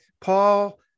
paul